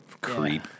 creep